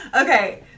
Okay